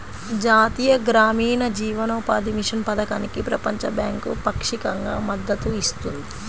జాతీయ గ్రామీణ జీవనోపాధి మిషన్ పథకానికి ప్రపంచ బ్యాంకు పాక్షికంగా మద్దతు ఇస్తుంది